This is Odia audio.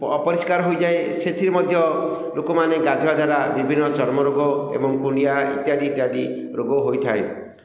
ଅପରିଷ୍କାର ହୋଇଯାଏ ସେଥିରେ ମଧ୍ୟ ଲୋକମାନେ ଗାଧୋଇବା ଦ୍ୱାରା ବିଭିନ୍ନ ଚର୍ମ ରୋଗ ଏବଂ କୁଣ୍ଡିଆ ଇତ୍ୟାଦି ଇତ୍ୟାଦି ରୋଗ ହୋଇଥାଏ